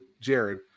jared